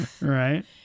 Right